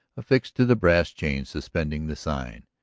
affixed to the brass chain suspending the sign,